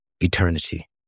eternity